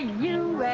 new